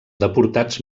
deportats